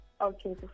Okay